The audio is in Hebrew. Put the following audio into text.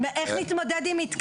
לה יש את הסמכות